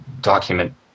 document